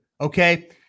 Okay